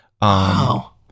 Wow